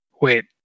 Wait